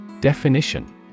Definition